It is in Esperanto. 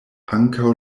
ankaŭ